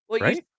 Right